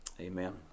Amen